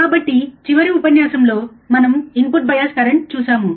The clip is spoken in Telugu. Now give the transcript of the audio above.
కాబట్టి చివరి ఉపన్యాసంలో మనం ఇన్పుట్ బయాస్ కరెంట్ చూశాము